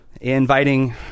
inviting